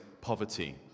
poverty